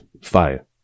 Fire